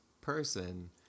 person